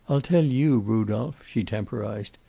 i'll tell you, rudolph, she temporized.